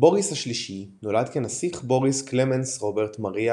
בוריס השלישי נולד כנסיך בוריס קלמנס רוברט מריה